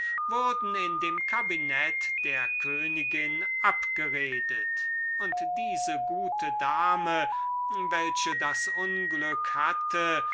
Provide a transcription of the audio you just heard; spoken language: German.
wurden in dem cabinet der königin abgeredet und diese gute dame welche das unglück hatte